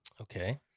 Okay